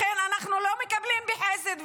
לכן אנחנו לא מקבלים בחסד,